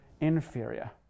inferior